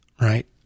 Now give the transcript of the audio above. right